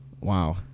Wow